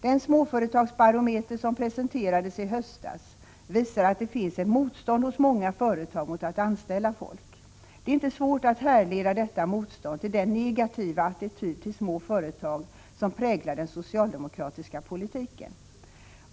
Den småföretagsbarometer som presenterades i höstas visar att det finns ett motstånd hos många företag mot att anställa folk. Det är inte svårt att härleda detta motstånd till den negativa attityd till små företag som präglar den socialdemokratiska politiken.